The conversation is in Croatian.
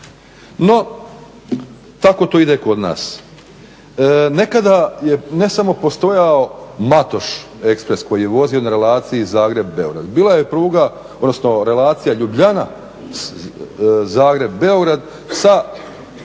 No, tako to ide kod nas. Nekada je ne samo postojao Matoš ekspres koji je vozio na relaciji Zagreb – Beograd. Bila je pruga, odnosno relacija Ljubljana – Zagreb – Beograd sa stajanjem